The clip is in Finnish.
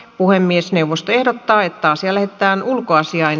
puhemiesneuvosto ehdottaa että asia lähetetään ulkoasiain